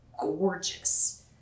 gorgeous